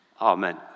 Amen